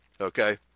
okay